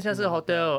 in the hotel